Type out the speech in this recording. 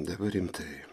dabar rimtai